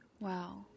Wow